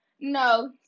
no